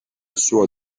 suo